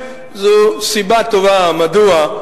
זאת סיבה טובה מדוע,